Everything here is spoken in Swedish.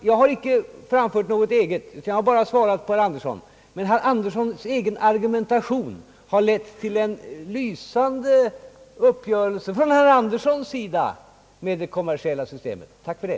Jag har inte behövt framföra några egna synpunkter, ty herr Anderssons egen argumentation har lett till en lysande uppgörelse — från herr Anderssons sida — med det kommersiella systemet. Jag tackar för det: